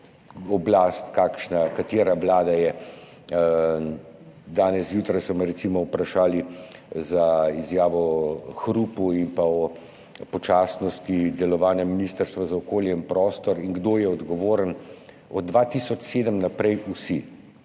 oblast, katera vlada je. Danes zjutraj so me recimo vprašali za izjavo o hrupu in o počasnosti delovanja ministrstva za okolje in prostor in kdo je odgovoren. Od 2007 naprej vsi.